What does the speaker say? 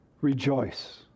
rejoice